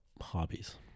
hobbies